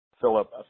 Philip